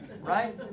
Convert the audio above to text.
Right